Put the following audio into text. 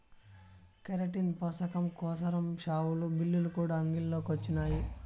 keratin పోసకం కోసరం షావులు, బిల్లులు కూడా అంగిల్లో కొచ్చినాయి